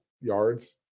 yards